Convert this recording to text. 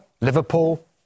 Liverpool